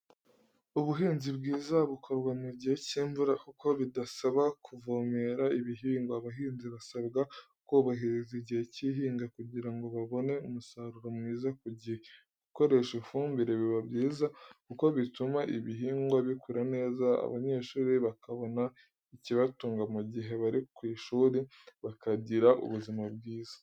Ubuhinzi bwiza bukorwa mu gihe cy'imvura kuko bidasaba kuvomerera ibihigwa. Abahinzi basabwa kubahiriza igihe cy'ihinga kugira ngo babone umusaruro mwiza ku gihe. Gukoresha ifumbire biba byiza kuko bituma ibihigwa bikura neza abanyeshuri bakabona ikibatunga mu gihe bari ku ishuri bakagira ubuzima bwiza.